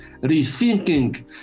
rethinking